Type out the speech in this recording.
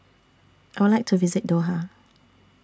I Would like to visit Doha